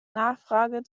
nachfrage